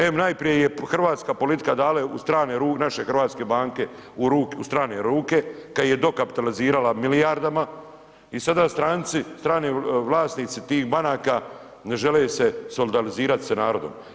Em najprije ih je hrvatska politika dala u strane ruke, naše hrvatske banke u strane ruke, kada ih je dokapitalizirala milijardama i sada strani vlasnici tih banaka ne žele se solidarizirati sa narodom.